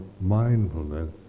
mindfulness